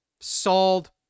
sold